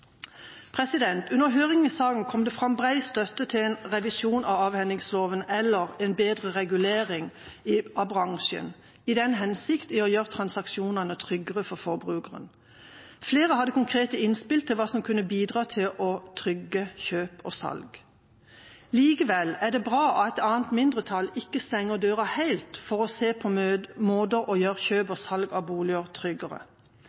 Under høring i saken kom det fram bred støtte til en revisjon av avhendingsloven eller en bedre regulering av bransjen i den hensikt å gjøre transaksjonene tryggere for forbrukeren. Flere hadde konkrete innspill til hva som kunne bidra til å trygge kjøp og salg. Likevel er det bra at et annet mindretall ikke stenger døra helt for å se på måter å gjøre kjøp og salg av boliger tryggere